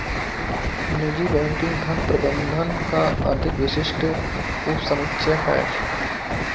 निजी बैंकिंग धन प्रबंधन का अधिक विशिष्ट उपसमुच्चय है